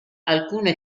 alcune